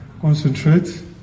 concentrate